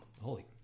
holy